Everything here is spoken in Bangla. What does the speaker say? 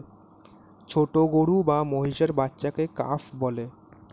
ছোট গরু বা মহিষের বাচ্চাকে কাফ বলে